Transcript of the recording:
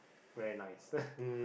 very nice